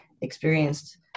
experienced